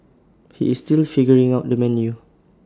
he is still figuring out the menu